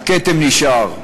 הכתם נשאר.